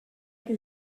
que